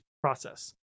process